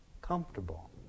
comfortable